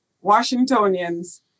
Washingtonians